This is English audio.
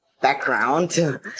background